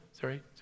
Sorry